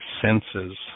senses